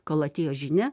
kol atėjo žinia